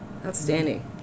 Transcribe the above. Outstanding